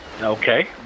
Okay